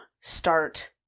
start